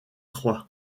trois